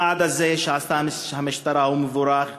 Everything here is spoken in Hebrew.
הצעד הזה שעשתה המשטרה הוא מבורך.